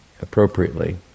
appropriately